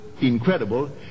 incredible